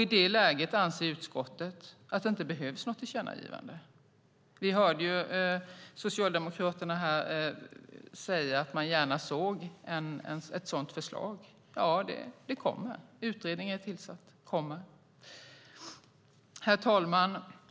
I det läget anser utskottet att det inte behövs något tillkännagivande. Vi hörde Socialdemokraterna här säga att man gärna såg ett sådant förslag. Ja, en utredning är tillsatt och det kommer förslag. Herr talman!